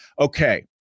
Okay